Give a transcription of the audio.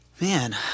man